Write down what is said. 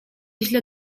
źle